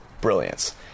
brilliance